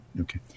Okay